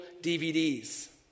DVDs